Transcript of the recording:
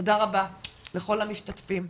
תודה רבה לכל המשתתפים,